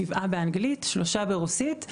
שבעה מנגישים באנגלית,